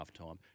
halftime